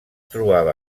trobava